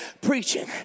preaching